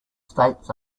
states